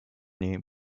name